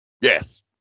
Yes